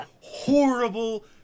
horrible